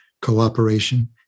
Cooperation